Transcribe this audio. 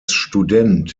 student